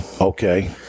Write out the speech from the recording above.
okay